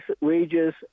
wages